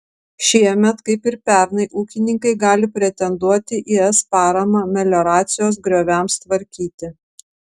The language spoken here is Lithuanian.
šiemet kaip ir pernai ūkininkai gali pretenduoti į es paramą melioracijos grioviams tvarkyti